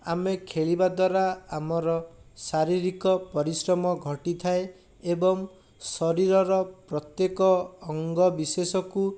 ଆମେ ଖେଳିବା ଦ୍ୱାରା ଆମର ଶାରୀରିକ ପରିଶ୍ରମ ଘଟିଥାଏ ଏବଂ ଶରୀରର ପ୍ରତ୍ୟେକ ଅଙ୍ଗ ବିଶେଷକୁ